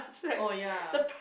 oh ya